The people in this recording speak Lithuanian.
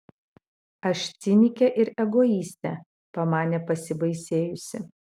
aš cinikė ir egoistė pamanė pasibaisėjusi